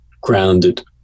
grounded